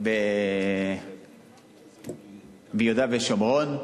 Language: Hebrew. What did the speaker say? ביהודה ושומרון.